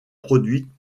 produites